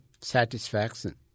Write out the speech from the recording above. satisfaction